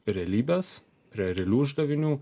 realybės prie realių uždavinių